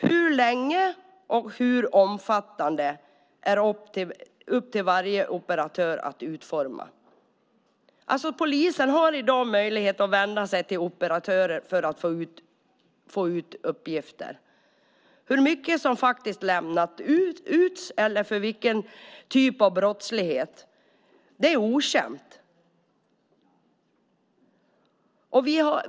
Hur länge och hur omfattande är upp till varje operatör att utforma. Polisen har i dag möjlighet att vända sig till operatörer för att få ut uppgifter. Hur mycket som lämnas ut eller för vilken typ av brottslighet är okänt.